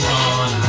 on